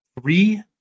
three